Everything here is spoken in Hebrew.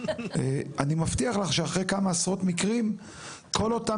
אני מבטיח לך שאחרי כמה עשרות מקרים כל אותה